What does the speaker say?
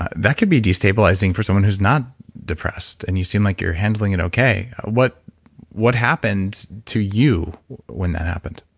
that can be destabilizing for someone who's not depressed, and you seem like you're handling it okay. what what happened to you when that happened?